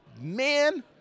man